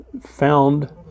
found